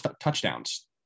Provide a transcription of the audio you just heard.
touchdowns